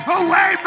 away